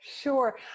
sure